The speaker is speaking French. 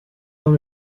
dans